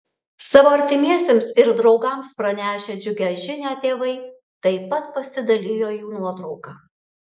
savo artimiesiems ir draugams pranešę džiugią žinią tėvai taip pat pasidalijo jų nuotrauka